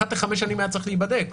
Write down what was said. אחת לחמש שנים היה צריך להיבדק.